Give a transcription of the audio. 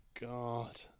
God